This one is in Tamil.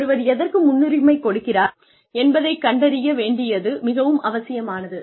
ஒருவர் எதற்கு முன்னுரிமை கொடுக்கிறார் என்பதைக் கண்டறிய வேண்டியது மிகவும் அவசியமானது